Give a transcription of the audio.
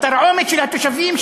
התרעומת של התושבים,